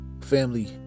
Family